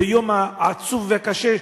ביום העצוב והקשה,